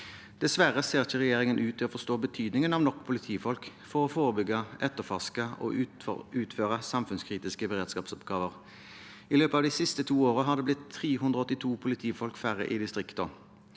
Dessverre ser ikke regjeringen ut til å forstå betydningen av nok politifolk for å forebygge, etterforske og utføre samfunnskritiske beredskapsoppgaver. I løpet av de siste to årene har det blitt 382 færre politifolk i distriktene.